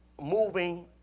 moving